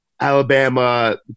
Alabama